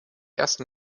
ersten